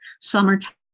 summertime